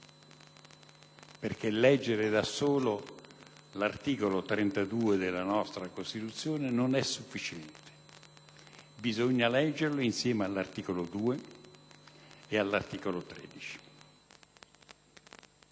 solo: leggere da solo l'articolo 32 della nostra Costituzione non è sufficiente, bisogna leggerlo insieme agli articoli 2 e 13.